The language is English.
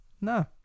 no